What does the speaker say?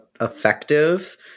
effective